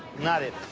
not it.